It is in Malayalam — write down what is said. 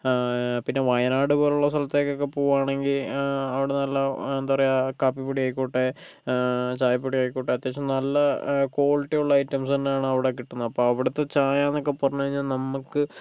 പിന്നെ വയനാട് പോലുള്ള സ്ഥലത്തേക്കൊക്കെ പോവാണെങ്കൽ അവിടെ നല്ല എന്താ പറയുക കാപ്പിപ്പൊടി ആയിക്കോട്ടെ ചായപ്പൊടി ആയിക്കോട്ടെ അത്യാവശ്യം നല്ല ക്വാളിറ്റി ഉള്ള ഐറ്റംസ് തന്നെയാണ് അവിടെ കിട്ടുന്നത് അപ്പം അവിടുത്തെ ചായ എന്നൊക്കെ പറഞ്ഞ് കഴിഞ്ഞാൽ നമുക്ക്